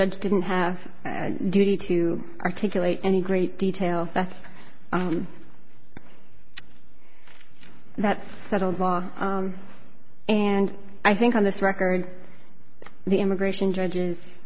judge didn't have a duty to articulate any great detail that's that's settled law and i think on this record the immigration judges